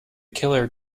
killer